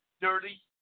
dirty